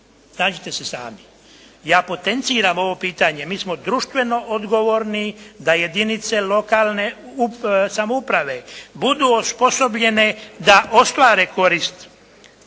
Snađite se sami. Ja potenciram ovo pitanje, mi smo društveno odgovorni da jedinice lokalne samouprave budu osposobljene da ostvare korist